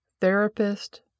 therapist